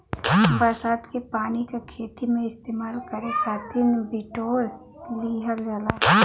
बरसात के पानी क खेती में इस्तेमाल करे खातिर बिटोर लिहल जाला